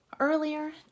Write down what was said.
Earlier